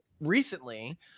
recently